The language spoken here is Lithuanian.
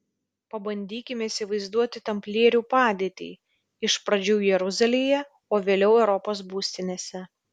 pabandykime įsivaizduoti tamplierių padėtį iš pradžių jeruzalėje o vėliau europos būstinėse